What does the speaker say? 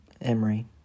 Emery